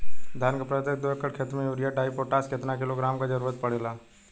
धान के प्रत्येक दो एकड़ खेत मे यूरिया डाईपोटाष कितना किलोग्राम क जरूरत पड़ेला?